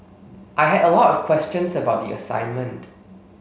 I had a lot of questions about the assignment